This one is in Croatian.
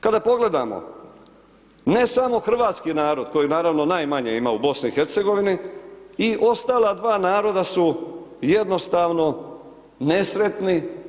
Kada pogledamo ne samo hrvatski narod kojeg naravno najmanje ima u BiH i ostala dva naroda su jednostavno nesretni.